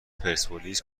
پرسپولیس